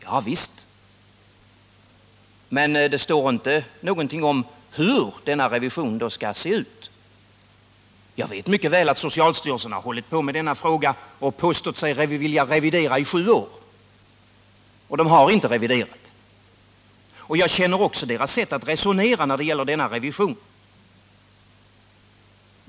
Ja visst, men det står inte någonting om hur denna revision då skall se ut. Jag vet mycket väl att socialstyrelsen har hållit på med denna fråga och påstått sig vilja revidera i sju år, men man har inte reviderat. Jag känner också socialstyrelsens sätt att resonera i fråga om denna revision.